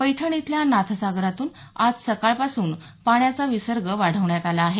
पैठण इथल्या नाथसागरातून आज सकाळपासून पाण्याचा विसर्ग वाढवण्यात आला आहे